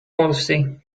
policy